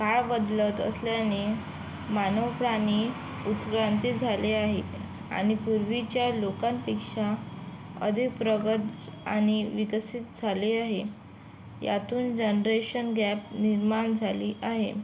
काळ बदलत असल्याने मानव प्राणी उत्क्रांती झाली आहे आणि पूर्वीच्या लोकांपेक्षा अधिक प्रगत आणि विकसित झाले आहे यातून जनरेशन गॅप निर्माण झाली आहे